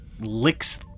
licks